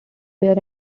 bear